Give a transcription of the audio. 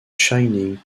shining